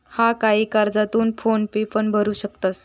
हा, काही कर्जा तू फोन पेन पण भरू शकतंस